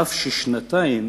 אף ששנתיים